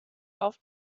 auf